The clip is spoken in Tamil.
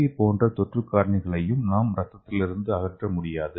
வி போன்ற தொற்று காரணிகளையும் நாம் இரத்தத்திலிருந்து அகற்ற முடியாது